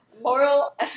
Moral